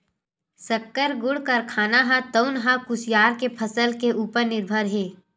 सक्कर, गुड़ कारखाना हे तउन ह कुसियार के फसल के उपर निरभर हे